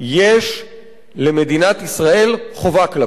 יש למדינת ישראל חובה כלפיו.